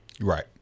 Right